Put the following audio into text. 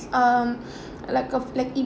um like a like e~